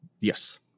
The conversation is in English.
Yes